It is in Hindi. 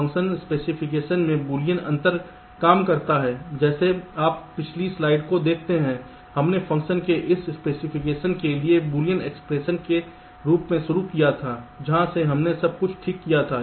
फ़ंक्शन स्पेसिफिकेशन से बूलियन अंतर काम करता है जैसे आप पिछली स्लाइड को देखते हैं हमने फ़ंक्शन के इस स्पेसिफिकेशन के साथ बूलियन एक्सप्रेशन के रूप में शुरू किया था जहां से हमने सब कुछ ठीक किया था